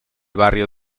barrio